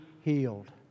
healed